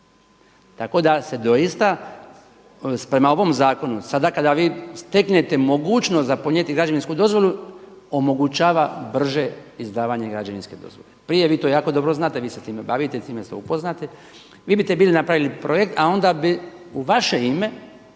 Tako da se doista prema ovom zakonu sada kada vi steknete mogućnost za podnijeti građevinsku dozvolu omogućava brže izdavanje građevinske dozvole. Prije vi to jako dobro znate, vi se time bavite, time ste upoznati. Vi bite bili napravili projekt, a onda bi u vaše ime